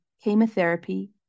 chemotherapy